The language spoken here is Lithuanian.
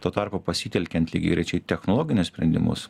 tuo tarpu pasitelkiant lygiagrečiai technologinius sprendimus